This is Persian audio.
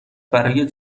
برای